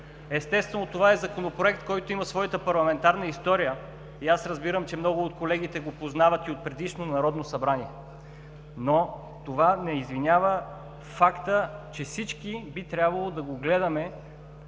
Естествено, това е Законопроект, който има своята парламентарна история, и аз разбирам, че много от колегите го познават и от предишно Народно събрание. Но това не извинява факта, че всички би трябвало да го гледаме